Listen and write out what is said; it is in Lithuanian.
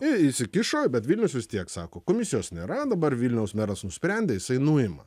įsikišo bet vilnius vis tiek sako komisijos nėra dabar vilniaus meras nusprendė jisai nuima